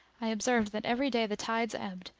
i observed that every day the tides ebbed,